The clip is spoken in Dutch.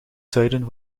zuiden